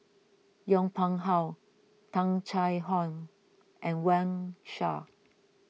Yong Pung How Tung Chye Hong and Wang Sha